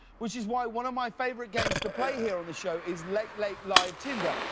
which is why one of my favorite games to play here on the show is late late live tinder,